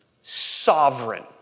Sovereign